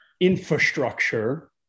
infrastructure